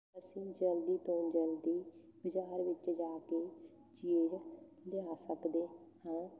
ਅਸੀਂ ਜਲਦੀ ਤੋਂ ਜਲਦੀ ਬਜ਼ਾਰ ਵਿੱਚ ਜਾ ਕੇ ਚੀਜ਼ ਲਿਆ ਸਕਦੇ ਹਾਂ